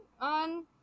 on